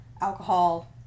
alcohol